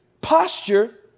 posture